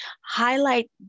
highlight